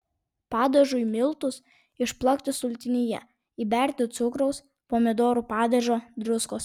padažui miltus išplakti sultinyje įberti cukraus pomidorų padažo druskos